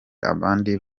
abandi